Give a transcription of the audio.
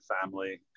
family